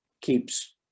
keeps